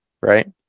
right